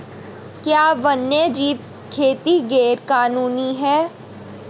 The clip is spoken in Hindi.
क्या वन्यजीव खेती गैर कानूनी है?